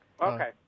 Okay